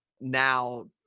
now